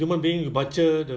mm